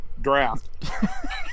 draft